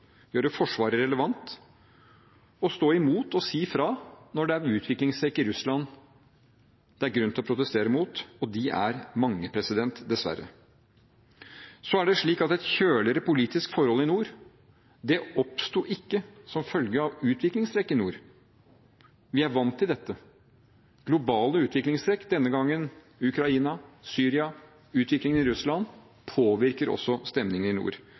Forsvaret relevant og stå imot og si fra når det er utviklingstrekk i Russland det er grunn til å protestere mot, og de er mange, dessverre. Så er det slik at et kjøligere politisk forhold i nord oppsto ikke som følge av utviklingstrekk i nord. Vi er vant til dette. Globale utviklingstrekk – denne gangen Ukraina, Syria og utviklingen i Russland – påvirker også stemningen i nord.